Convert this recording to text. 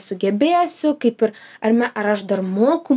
sugebėsiu kaip ir ar ne ar aš dar moku